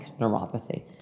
neuropathy